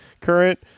current